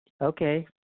Okay